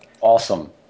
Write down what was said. Awesome